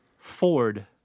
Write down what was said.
Ford